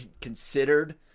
considered